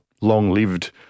long-lived